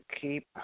keep